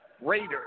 Raiders